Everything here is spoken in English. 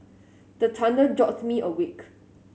the thunder jolt me awake